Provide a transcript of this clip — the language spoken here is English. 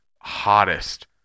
hottest